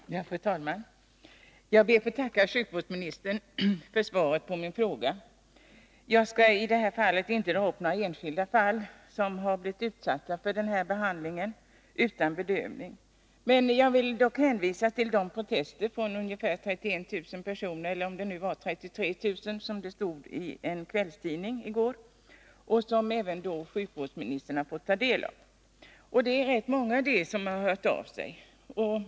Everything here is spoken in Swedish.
Fru talman! Jag ber att få tacka sjukvårdsministern för svaret på min fråga. Jag skall inte dra upp några enskilda fall där patienter blivit utsatta för den här behandlingen utan bedövning. Men jag vill hänvisa till de protester från ungefär 31 000 personer — eller om det nu var 33 000, som det stod i en kvällstidning i går — som även sjukvårdsministern har fått ta del av. Det är rätt många som har hört av sig.